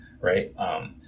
right